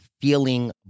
feeling